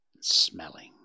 smelling